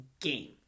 game